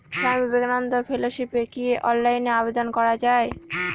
স্বামী বিবেকানন্দ ফেলোশিপে কি অনলাইনে আবেদন করা য়ায়?